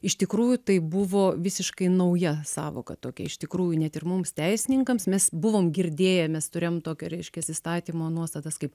iš tikrųjų tai buvo visiškai nauja sąvoka tokia iš tikrųjų net ir mums teisininkams mes buvom girdėję mes turėjom tokią reiškias įstatymo nuostatas kaip